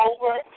over